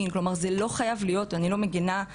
זה כאילו עולם ללא השלכות.